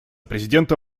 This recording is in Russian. президента